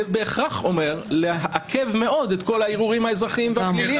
זה בהכרח אומר לעכב מאוד את כל הערעורים האזרחיים והפליליים.